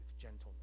gentleness